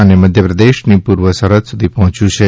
અને મધ્યપ્રદેશની પૂર્વ સરહદ સુધી પહોંચ્યું છે